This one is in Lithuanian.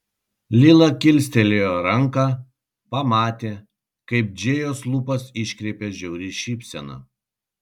lila kilstelėjo ranką pamatė kaip džėjos lūpas iškreipia žiauri šypsena